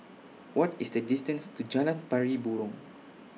What IS The distance to Jalan Pari Burong